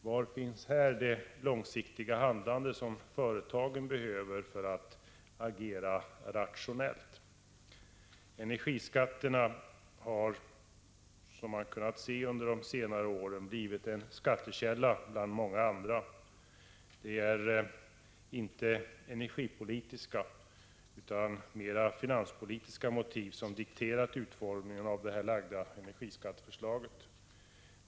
Var finns här det långsiktiga handlande som företagen behöver för att agera rationellt? Energiskatterna har, som man kunnat se under de senare åren, blivit en skattekälla bland många andra. Det är inte energipolitiska utan mer finanspolitiska motiv som dikterat utformningen av det framlagda energiskatteförslaget.